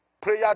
Prayer